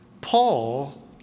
Paul